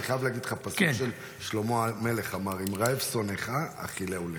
אני חייב להגיד לך פסוק שאמר שלמה המלך: "אם רעב שֹׂנַאֲך האכילהו לחם".